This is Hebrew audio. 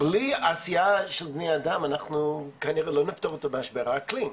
בלי עשייה של בני אדם אנחנו כנראה לא נפתור את משבר האקלים.